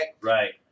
Right